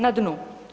Na dnu.